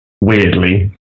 weirdly